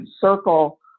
circle